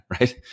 right